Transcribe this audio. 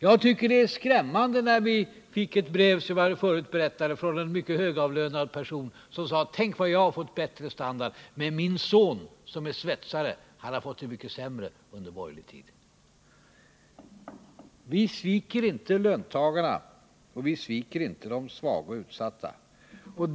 Jag tycker att det var skrämmande när vi fick ett brev, som jag förut berättade om, från en mycket högavlönad person som skrev: Tänk, vad jag har fått bättre standard, men min son, som är svetsare, har fått det mycket sämre under den tid då de borgerliga regerat. Vi sviker inte löntagarna, och vi sviker inte de svaga och utsatta.